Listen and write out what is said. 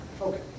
Okay